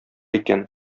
икән